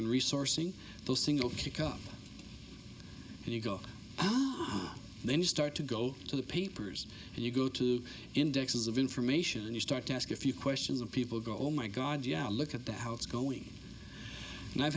and resourcing the single kick up and you go then you start to go to the papers and you go to indexes of information and you start to ask a few questions of people go oh my god yeah look at that how it's going and i've